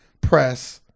press